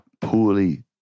poorly